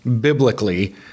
biblically